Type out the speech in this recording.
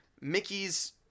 Mickey's –